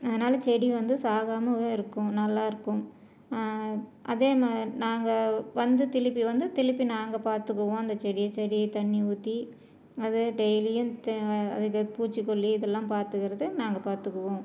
அதனால செடி வந்து சாகமாவே இருக்கும் நல்லாயிருக்கும் அதேமா நாங்கள் வந்து திருப்பி வந்து திருப்பி நாங்கள் பார்த்துக்குவோம் அந்த செடியை செடியை தண்ணி ஊற்றி அதை டெய்லியும் அதுக்கு பூச்சிக்கொல்லி இதெல்லாம் பார்த்துக்குறது நாங்கள் பார்த்துக்குவோம்